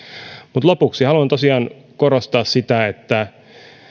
mutta lopuksi haluan tosiaan korostaa sitä että